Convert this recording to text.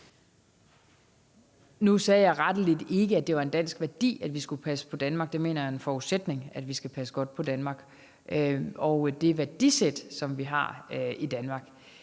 Nu sagde jeg rettelig ikke, at det var en dansk værdi, at vi skulle passe på Danmark. Jeg mener, det er en forudsætning, at vi skal passe godt på Danmark og det værdisæt, som vi har i Danmark,